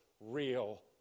real